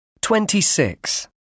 Twenty-six